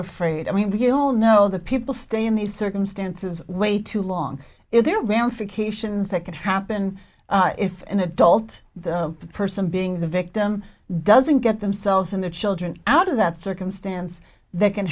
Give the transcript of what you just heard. afraid i mean we all know that people stay in these circumstances wait too long if there are ramifications that could happen if an adult the person being the victim doesn't get themselves and their children out of that circumstance that can